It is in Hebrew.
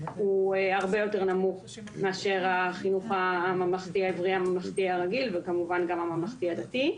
הוא הרבה יותר נמוך מאשר החינוך הממלכתי הרגיל והממלכתי הדתי.